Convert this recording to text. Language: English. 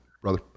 brother